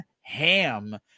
Ham